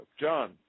john